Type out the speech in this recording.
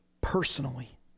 personally